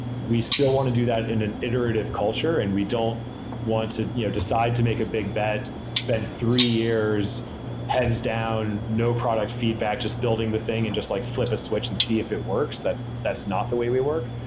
we still want to do that in an iterative culture and we don't want to you know decide to make a big bet. spend three years heads down, no product feedback. just building the thing and just like flip a switch and see if it works. that's that's not the way we work.